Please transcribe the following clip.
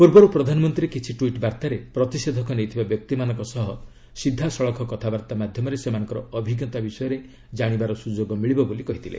ପୂର୍ବରୁ ପ୍ରଧାନମନ୍ତ୍ରୀ କିିି ଟ୍ୱିଟ୍ ବାର୍ତ୍ତାରେ ପ୍ରତିଷେଧକ ନେଇଥିବା ବ୍ୟକ୍ତିମାନଙ୍କ ସହ ସିଧାସଳଖ କଥାବାର୍ତ୍ତା ମାଧ୍ୟମରେ ସେମାନଙ୍କ ଅଭିଜ୍ଞତା ବିଷୟରେ ଜାଣିବାର ସୁଯୋଗ ମିଳିବ ବୋଲି କହିଥିଲେ